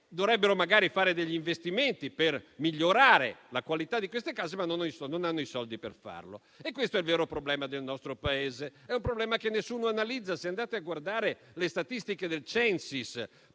dovrebbero fare degli investimenti per migliorare la qualità di quelle case, ma non hanno i soldi per farlo. Questo è il vero problema del nostro Paese. È un problema che nessuno analizza. Se andate a guardare le statistiche del Censis